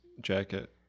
jacket